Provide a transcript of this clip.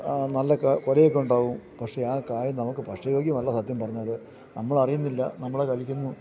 നല്ല കൊലയൊക്കെ ഉണ്ടാവും പക്ഷേ ആ കായ് നമുക്ക് ഭക്ഷ്യ യോഗ്യമല്ല സത്യം പറഞ്ഞാൽ നമ്മൾ അറിയുന്നില്ല നമ്മളെ കഴിക്കുന്നു